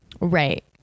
Right